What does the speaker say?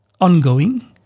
ongoing